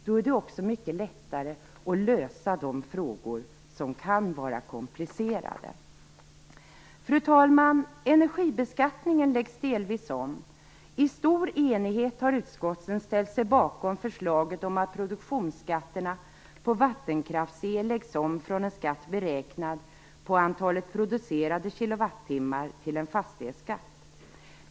Då är det också mycket lättare att lösa dessa frågor, som kan vara komplicerade. Fru talman! Energibeskattningen läggs delvis om. I stor enighet har utskottet ställt sig bakom förslaget om att produktionsskatterna på vattenkraftsel läggs om från en skatt beräknad på antalet producerade kilowattimmar till en fastighetsskatt.